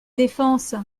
défense